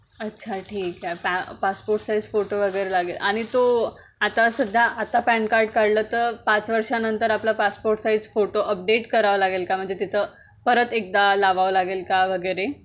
अच्छा ठीक आहे पॅ पासपोर्ट साईज फोटो वगैरे लागेल आणि तो आता सध्या आता पॅन कार्ड काढलं तर पाच वर्षांनंतर आपला पासपोर्ट साईज फोटो अपडेट करावं लागेल का म्हणजे तिथं परत एकदा लावावं लागेल का वगैरे